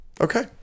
Okay